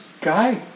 guy